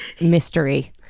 mystery